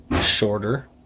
shorter